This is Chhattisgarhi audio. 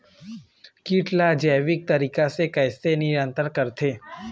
कीट ला जैविक तरीका से कैसे नियंत्रण करथे?